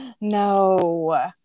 no